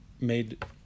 made